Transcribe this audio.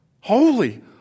holy